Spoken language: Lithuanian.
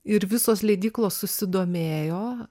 ir visos leidyklos susidomėjo